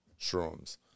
shrooms